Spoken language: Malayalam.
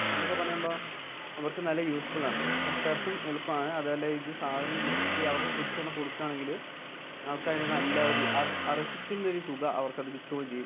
ഇതെന്തൊക്കെ പറയുമ്പോൾ അവർക്ക് നല്ല യൂസ്ഫുള്ളാണ് കർഷകർക്കും എളുപ്പമാണ് അതുപോലെ ഇത് സാധനങ്ങൾ വിറ്റ് അവിടെ തിരിച്ച് കൊണ്ടുക്കൊടുക്കുകയാണെങ്കിൽ അവർക്കതിന് നല്ല ഒരു അർഹിക്കുന്നൊരു തുക അവർക്കത് കിട്ടുകയും ചെയ്യും